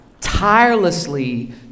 tirelessly